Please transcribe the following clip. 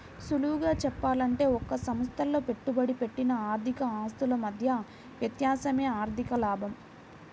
సులువుగా చెప్పాలంటే ఒక సంస్థలో పెట్టుబడి పెట్టిన ఆర్థిక ఆస్తుల మధ్య వ్యత్యాసమే ఆర్ధిక లాభం